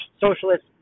socialist